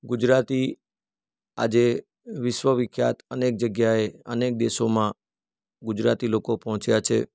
ગુજરાતી આજે વિશ્વ વિખ્યાત અનેક જગ્યાએ અનેક દેશોમાં ગુજરાતી લોકો પહોંચ્યા છે